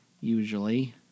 usually